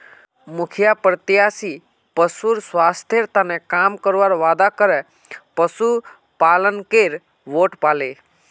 मुखिया प्रत्याशी पशुर स्वास्थ्येर तने काम करवार वादा करे पशुपालकेर वोट पाले